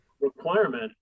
requirement